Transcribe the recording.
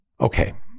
Okay